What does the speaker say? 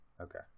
okay